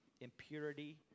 impurity